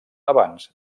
abans